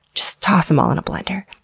just toss em all in a blender.